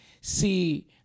see